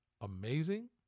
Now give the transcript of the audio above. amazing